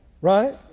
right